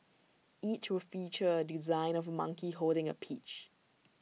each will feature A design of monkey holding A peach